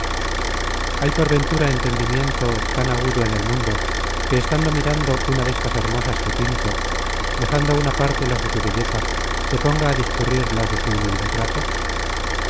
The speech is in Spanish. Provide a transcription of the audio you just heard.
hay por ventura entendimiento tan agudo en el mundo que estando mirando una destas hermosas que pinto dejando á una parte las de su belleza se ponga á discurrir las de su humilde trato